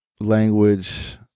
language